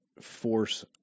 force